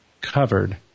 covered